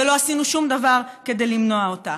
ולא עשינו שום דבר כדי למנוע אותה.